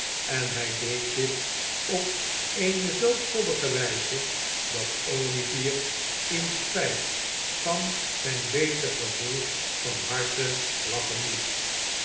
en hij deed dit op eene zoo koddige wijze dat olivier in spijt van zijn beter gevoel van harte lachen moest